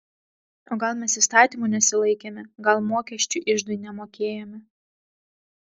o gal mes įstatymų nesilaikėme gal mokesčių iždui nemokėjome